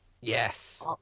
Yes